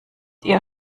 ihr